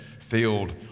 filled